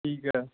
ਠੀਕ ਹੈ